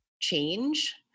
change